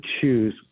choose